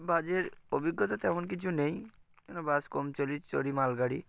বাজের অভিজ্ঞতা তেমন কিছু নেই যেন বাস কম চলি চরি মালগাড়ি